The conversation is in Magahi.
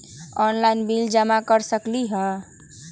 ऑनलाइन बिल जमा कर सकती ह?